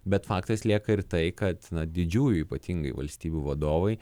bet faktas lieka ir tai kad didžiųjų ypatingai valstybių vadovai